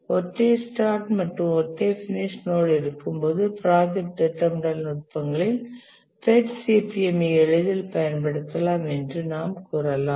ஒற்றை ஸ்டார்ட் மற்றும் ஒற்றை பினிஷ் நோட் இருக்கும்போது ப்ராஜெக்ட் திட்டமிடல் நுட்பங்களில் PERT CPM ஐ எளிதில் பயன்படுத்தலாம் என்று நாம் கூறலாம்